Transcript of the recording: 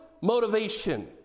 motivation